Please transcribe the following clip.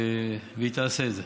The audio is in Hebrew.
והיא תעשה את זה,